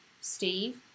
Steve